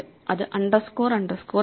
അത് underscore underscore str ആണ്